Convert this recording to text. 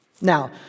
Now